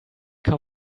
come